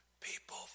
People